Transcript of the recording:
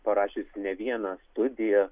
parašiusi ne vieną studiją